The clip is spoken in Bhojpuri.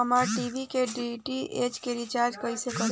हमार टी.वी के डी.टी.एच के रीचार्ज कईसे करेम?